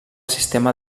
sistema